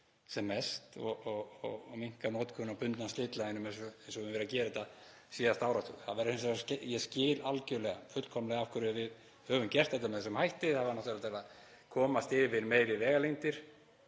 sem mest og minnka notkun á bundnu slitlagi eins og við höfum verið gera síðasta áratug. Ég skil algjörlega fullkomlega af hverju við höfum gert þetta með þessum hætti. Það var náttúrlega til að komast yfir meiri vegalengdir